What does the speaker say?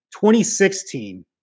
2016